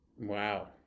Wow